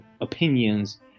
opinions